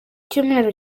cyumweru